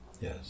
Yes